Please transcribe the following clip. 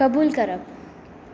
कबूल करप